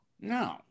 No